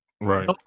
Right